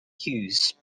hughes